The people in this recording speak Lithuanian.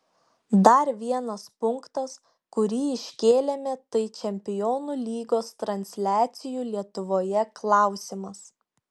dar vienas punktas kurį iškėlėme tai čempionų lygos transliacijų lietuvoje klausimas